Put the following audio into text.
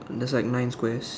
there's like nine squares